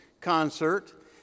concert